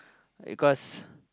because